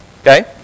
Okay